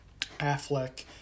Affleck